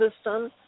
system